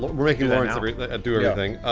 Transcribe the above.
we're making lawrence do everything,